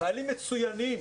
חיילים מצוינים.